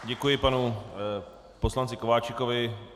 Děkuji panu poslanci Kováčikovi.